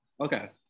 Okay